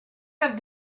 have